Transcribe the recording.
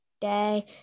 Day